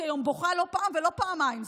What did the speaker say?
היום בוכה לא פעם ולא פעמיים.